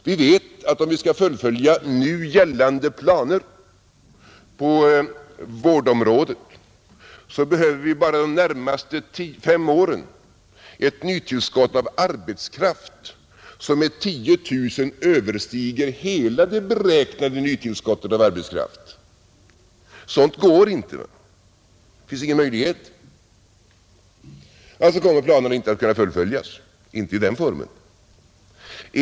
Vi vet att om vi skall fullfölja nu gällande planer på vårdområdet behöver vi bara de närmaste fem åren ett nytillskott av arbetskraft som med 10 000 överstiger hela det beräknade nytillskottet av arbetskraft. Sådant går inte; det finns inga möjligheter. Alltså kommer planerna inte att kunna fullföljas — inte i den formen.